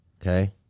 Okay